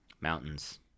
Mountains